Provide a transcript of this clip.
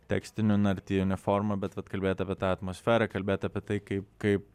tekstine naratyvine forma bet vat kalbėt apie tą atmosferą kalbėt apie tai kaip kaip